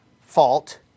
fault